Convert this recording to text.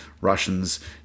Russians